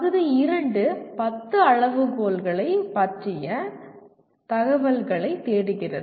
பகுதி 2 10 அளவுகோல்களைப் பற்றிய தகவல்களைத் தேடுகிறது